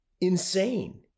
insane